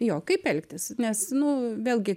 jo kaip elgtis nes nu vėlgi